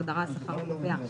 בהגדרה "השכר הקובע",